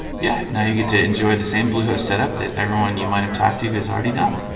yeah, now you get to enjoy the same bluehost setup that everyone you might have talked to who is already done